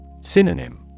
Synonym